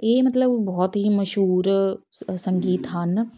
ਇਹ ਮਤਲਬ ਬਹੁਤ ਹੀ ਮਸ਼ਹੂਰ ਸ ਸੰਗੀਤ ਹਨ